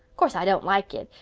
course, i don't like it,